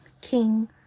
king